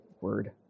Word